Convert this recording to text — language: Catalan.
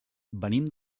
venim